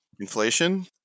Inflation